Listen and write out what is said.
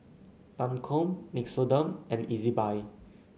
Lancome Nixoderm and Ezbuy